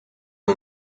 het